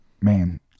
man